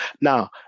Now